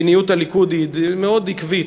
מדיניות הליכוד היא מאוד עקבית,